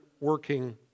working